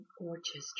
orchestra